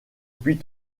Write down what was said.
puis